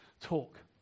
talk